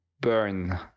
burn